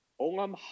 Olam